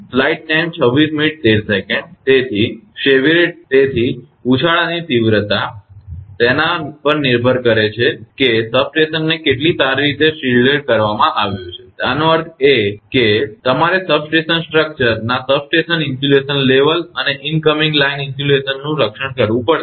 તેથી ઉછાળાની તીવ્રતા તેના પર નિર્ભર છે કે સબસ્ટેશનને કેટલી સારી રીતે શીલ્ડેડ કરવામાં આવ્યું છે આનો અર્થ એ કે તમારે સબસ્ટેશન સ્ટ્રક્ચરના સબસ્ટેશન ઇન્સ્યુલેશન લેવલ અને ઇનકમિંગ લાઇન ઇન્સ્યુલેશનનું રક્ષણ કરવું પડશે